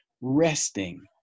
resting